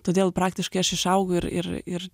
todėl praktiškai aš išaugau ir ir ir